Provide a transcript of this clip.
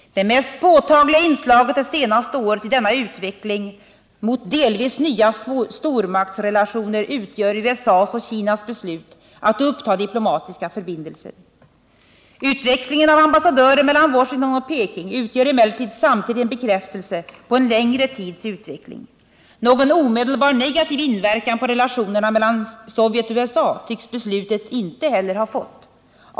Det mest påtagliga inslaget det senaste året i denna utveckling mot delvis nya stormaktsrelationer utgör USA:s och Kinas beslut att uppta diplomatiska förbindelser. Utväxlingen av ambassadörer mellan Washington och Peking utgör emellertid samtidigt en bekräftelse på en längre tids utveckling. Någon omedelbar negativ inverkan på relationerna mellan Sovjet och USA tycks beslutet inte heller ha fått.